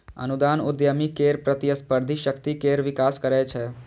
अनुदान उद्यमी केर प्रतिस्पर्धी शक्ति केर विकास करै छै